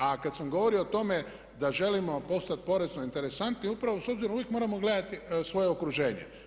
A kada sam govorio o tome da želimo postati porezno interesantni upravo s obzirom uvijek moramo gledati svoje okruženje.